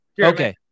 Okay